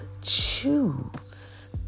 choose